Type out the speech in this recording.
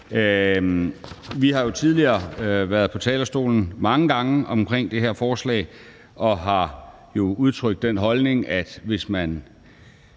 gange tidligere været på talerstolen i forbindelse med det her forslag og har udtrykt den holdning, at hvis man